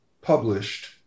published